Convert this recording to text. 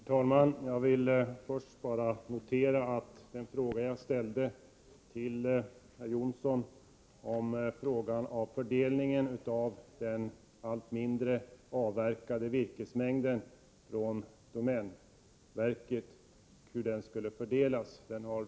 Herr talman! Jag vill först bara notera att jag inte har fått något svar på den fråga jag ställt till herr Jonsson om hur den allt mindre avverkade virkesmängden från domänverket skulle fördelas.